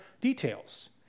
details